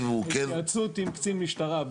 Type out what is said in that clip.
הוא כן -- בהתייעצות עם קצין משטרה.